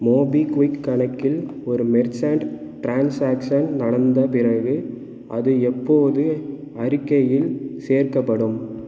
MobiKwik கணக்கில் ஒரு merchant transaction நடந்த பிறகு அது எப்போது அறிக்கையில் சேர்க்கப்படும்